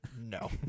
no